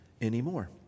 anymore